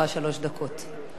תודה רבה, גברתי היושבת-ראש.